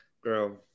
Girl